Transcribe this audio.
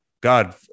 God